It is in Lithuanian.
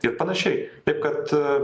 ir panašiai taip kad